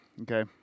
Okay